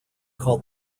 called